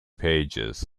pages